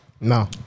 No